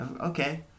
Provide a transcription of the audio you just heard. Okay